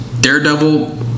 Daredevil